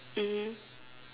mm